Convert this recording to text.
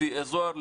לפי אזור,